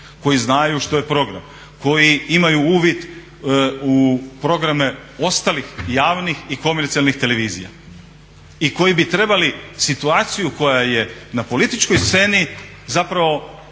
koji znaju što je program, koji imaju uvid u programe ostalih javnih i komercijalnih televizija i koji bi trebali situaciju koja je na političkoj sceni zapravo